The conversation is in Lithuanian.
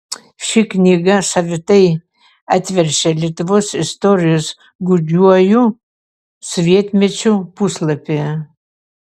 ši knyga savitai atverčia lietuvos istorijos gūdžiuoju sovietmečiu puslapį